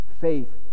Faith